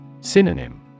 Synonym